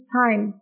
time